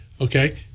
Okay